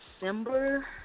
December